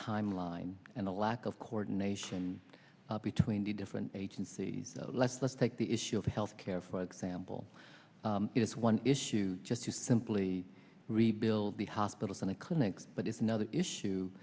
timeline and a lack of coordination between the different agencies let's let's take the issue of health care for example it's one issue just to simply rebuild the hospitals and clinics but it's another issue